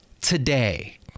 today